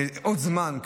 עוד זמן,